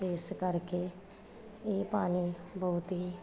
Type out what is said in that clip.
ਇਸ ਕਰਕੇ ਇਹ ਪਾਣੀ ਬਹੁਤ ਹੀ